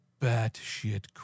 batshit